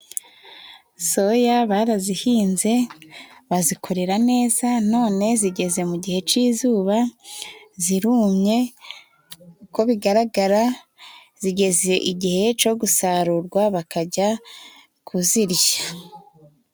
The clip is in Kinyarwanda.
Soya barazihinze, bazikorera neza, none zigeze mu gihe cy'izuba zirumye, uko bigaragara, zigeze igihe cyo gusarurwa, bakajya kuzirya.